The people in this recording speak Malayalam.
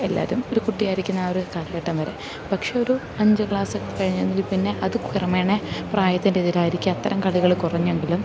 എല്ലാവരും ഒരു കുട്ടിയായിരിക്കുന്ന ആ ഒരു കാലഘട്ടം വരെ പക്ഷെ ഒരു അഞ്ച് ക്ലാസ് കഴിഞ്ഞതിൽ പിന്നെ അത് ക്രമേണ പ്രായത്തിൻ്റെ എതിരിയായിരിക്കുക അത്തരം കളികൾ കുറഞ്ഞെങ്കിലും